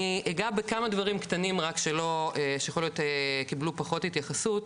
אני אגע בכמה דברים קטנים רק שיכול להיות קיבלו פחות התייחסות,